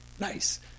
nice